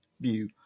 view